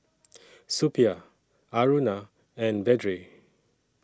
Suppiah Aruna and Vedre